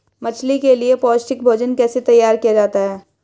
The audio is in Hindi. मछली के लिए पौष्टिक भोजन कैसे तैयार किया जाता है?